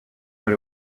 but